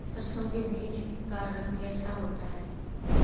सरसों के बीज का रंग कैसा होता है?